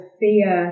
fear